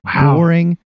boring